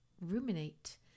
ruminate